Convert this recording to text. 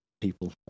people